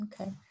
Okay